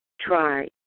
try